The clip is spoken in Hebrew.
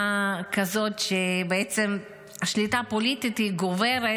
כזאת, שבעצם השליטה הפוליטית גוברת